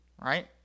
right